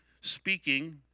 speaking